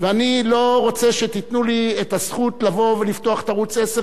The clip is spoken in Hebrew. ואני לא רוצה שתיתנו לי את הזכות לפתוח את ערוץ-10,